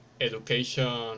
education